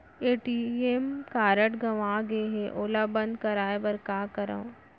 ATM card गंवा गे है ओला बंद कराये बर का करंव?